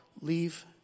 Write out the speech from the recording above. leave